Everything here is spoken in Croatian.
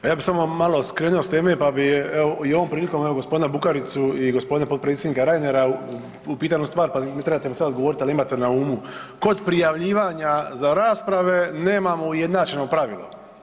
Pa ja bih samo malo skrenuo s teme pa bi i ovom prilikom gospodina Bukaricu i gospodina potpredsjednika Reinera upitao jednu stvar, ne trebate mi sada odgovoriti, ali imajte na umu, kod prijavljivanja za rasprave nemamo ujednačeno pravilo.